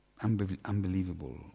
unbelievable